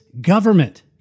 government